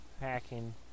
hacking